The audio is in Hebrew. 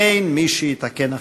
אין מי שיתקן אחריך".